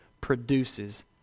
produces